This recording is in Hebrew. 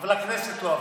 אבל הכנסת לא עבדה.